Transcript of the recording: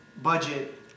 budget